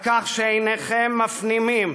על כך שאינכם מפנימים